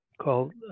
called